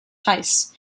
heiß